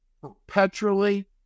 perpetually